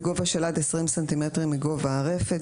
בגובה של עד 20 סנטימטרים מגובה הרפד: